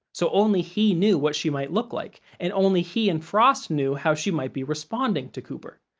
so only he knew what she might look like, and only he and frost knew how she might be responding to cooper.